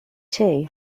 too